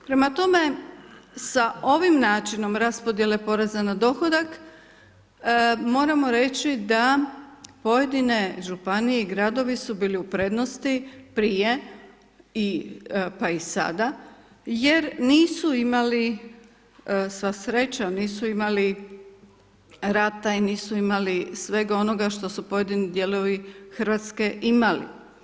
Prema tome sa ovim načinom raspodjele poreza na dohodak, moramo reći da pojedini županije i gradovi su bili u prednosti prije, pa i sada, jer nisu imali, sva sreća nisu imali rata i nisu imali svega ono što su pojedini dijelove Hrvatske imali.